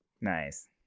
Nice